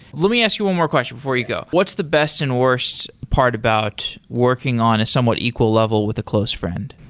let me ask you one more question before you go. what's the best and worst part about working on a somewhat equal level with a close friend?